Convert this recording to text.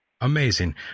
Amazing